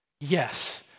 Yes